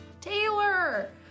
Taylor